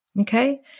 Okay